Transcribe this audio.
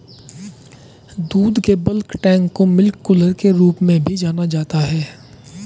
दूध के bulk tank को मिल्क कूलर के रूप में भी जाना जाता है